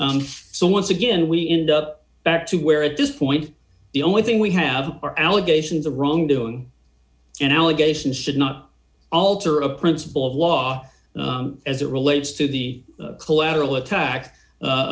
so once again we end up back to where at this point the only thing we have are allegations of wrongdoing and allegations should not alter a principle of law as it relates to the collateral attack